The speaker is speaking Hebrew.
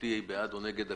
המהותי בעד או נגד הכלי,